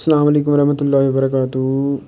سلام علیکُم ورحمتہ اللہِ وبَرَکاتُہ